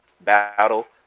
battle